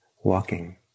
walking